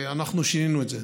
אנחנו שינינו את זה.